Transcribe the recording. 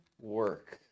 work